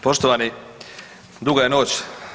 Poštovani duga je noć.